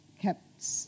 kept